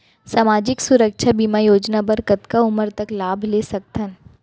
सामाजिक सुरक्षा बीमा योजना बर कतका उमर तक लाभ ले सकथन?